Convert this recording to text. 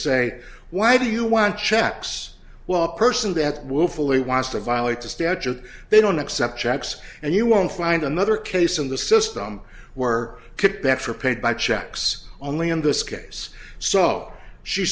say why do you want checks while a person that willfully wants to violate a statute they don't accept checks and you won't find another case in the system were kicked that are paid by checks only in this case so she